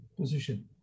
position